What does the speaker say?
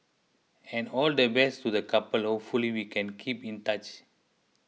and all the best to the couple hopefully we can keep in touch